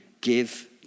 give